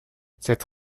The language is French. cette